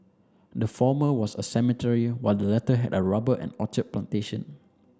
the former was a cemetery while the latter had rubber and orchard plantation